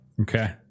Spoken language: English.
Okay